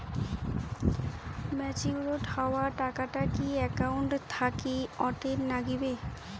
Matured হওয়া টাকাটা কি একাউন্ট থাকি অটের নাগিবে?